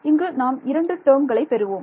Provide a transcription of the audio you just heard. இங்கு நாம் இரண்டு டேர்ம்களை பெறுவோம்